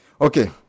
Okay